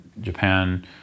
Japan